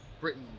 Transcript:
Britain